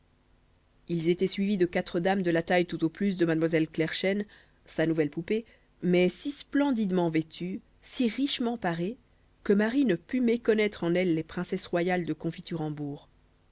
ils étaient suivis de quatre dames de la taille tout au plus de mademoiselle clairchen sa nouvelle poupée mais si splendidement vêtues si richement parées que marie ne put méconnaître en elles les princesses royales de confiturembourg